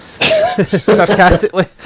sarcastically